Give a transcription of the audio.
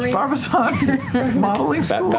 barbizon modeling